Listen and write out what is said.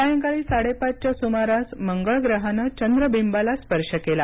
सायंकाळी साडेपाचच्या सुमारास मंगळ ग्रहाने चंद्रबिंबाला स्पर्श केला